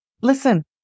Listen